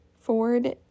Ford